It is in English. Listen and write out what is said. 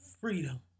freedom